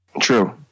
True